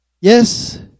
Yes